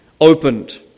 opened